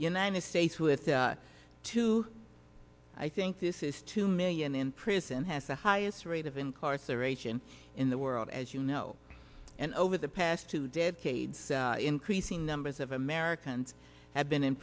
united states with two i think this is two million in prison has the highest rate of incarceration in the world as you know and over the past two decades increasing numbers of americans have been in